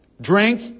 drink